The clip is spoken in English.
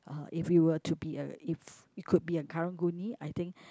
uh if you were to be a if you could be a Karang-Guni I think